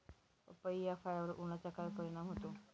पपई या फळावर उन्हाचा काय परिणाम होतो?